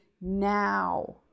now